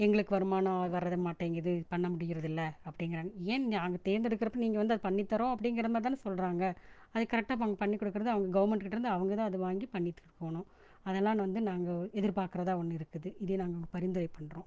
எங்களுக்கு வருமானம் வர்ற மாட்டேங்கிது பண்ண முடியிறதில்லை அப்படிங்கிறாங்க ஏன் நாங்கள் தேர்ந்தெடுக்கிறப்ப நீங்கள் வந்து அதை பண்ணித்தரோம் அப்படிங்கிற மாதிரி தானே சொல்கிறாங்க அது கரெக்டாக ப பண்ணி கொடுக்குறது அவங்க கவர்மெண்ட் கிட்டருந்து அவங்க தான் அதை வாங்கி பண்ணி குடுக்கணும் அதனால் வந்து நாங்கள் எதிர்பார்க்குறதா ஒன்று இருக்குது இதை நாங்கள் பரிந்துரை பண்ணுறோம்